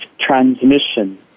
transmission